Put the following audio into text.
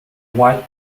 wide